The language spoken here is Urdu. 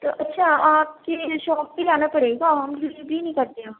تو اچھا آپ کی شاپ پہ ہی آنا پڑے گا ہوم ڈلیوری نہیں کرتے آپ